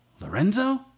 Lorenzo